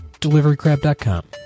DeliveryCrab.com